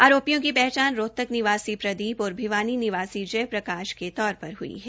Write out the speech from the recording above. आरोपी की पहचान रोहतक निवासी प्रदीप और भिवानी निवासी जय प्रकाश के तौर पर हई है